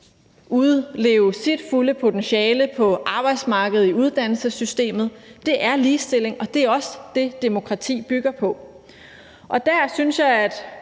udleve sit fulde potentiale på arbejdsmarkedet, i uddannelsessystemet. Det er ligestilling, og det er også det, demokrati bygger på. Der synes jeg, at